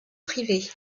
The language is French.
privées